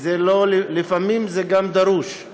לפעמים גם דרושה